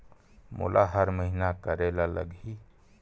मोला हर महीना करे ल लगही?